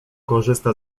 korzysta